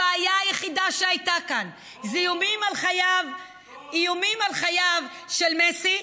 הבעיה היחידה שהייתה כאן זה איומים על חייו של מסי.